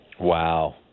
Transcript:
Wow